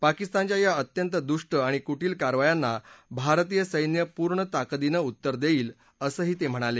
पाकिस्तानच्या या अत्यंत दुष्ट आणि कुटिल कारावायांना भारतीय सैन्य पूर्ण ताकदीनं उत्तर देईल असंही ते म्हणाले